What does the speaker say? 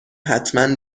حتما